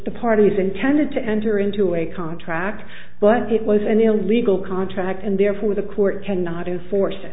the parties intended to enter into a contract but it was an illegal contract and therefore the court cannot enforce